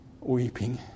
Weeping